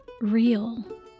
real